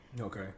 Okay